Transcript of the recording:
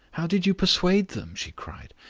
how did you persuade them? she cried.